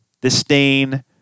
disdain